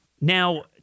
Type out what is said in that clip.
Now